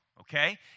Okay